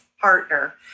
partner